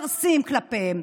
מותר להיות ארסיים כלפיהן,